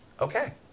Okay